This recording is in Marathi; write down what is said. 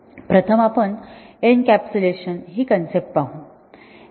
प्रथम आपण एनकॅप्सुलेशन हि कन्सेप्ट पाहू